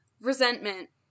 resentment